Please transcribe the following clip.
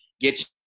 get